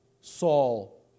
Saul